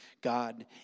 God